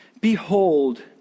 behold